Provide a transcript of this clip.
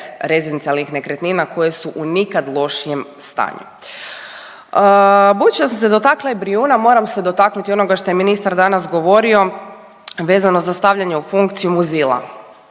rezidencijalnih nekretnina koje su u nikad lošijem stanju. Budući da sam se dotakla i Brijuna, moram se dotaknuti i onoga što je ministar danas govorio vezano za stavljanje u funkciju Muzila